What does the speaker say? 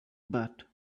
but